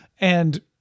And-